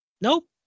nope